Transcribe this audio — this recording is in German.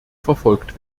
verfolgt